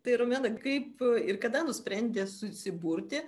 tai romena kaip ir kada nusprendė susiburti